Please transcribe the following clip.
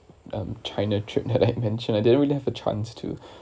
um china trip that I mentioned I didn't really have a chance to